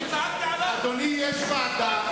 מה אני יכול לעשות?